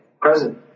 present